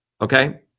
Okay